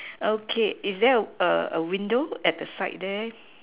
okay is there a window at the side